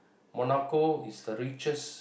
Monaco is the richest